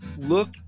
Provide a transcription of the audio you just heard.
Look